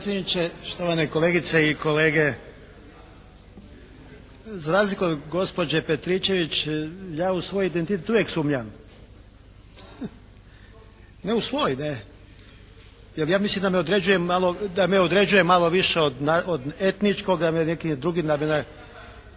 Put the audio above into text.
štovane kolegice i kolege. Za razliku od gospođe Petričević ja u svoj identitet uvijek sumnjam. Ne u svoj ne, jer ja mislim da me određuje malo više od etničkog …/Govornik se ne